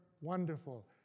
wonderful